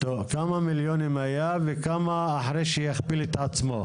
כמה מיליונים היה וכמה אחרי שיכפיל את עצמו?